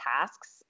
tasks